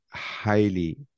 highly